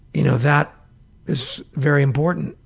you know that is very important.